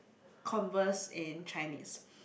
conversed in Chinese